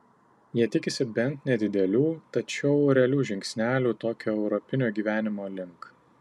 jie tikisi bent nedidelių tačiau realių žingsnelių tokio europinio gyvenimo link